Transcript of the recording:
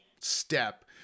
step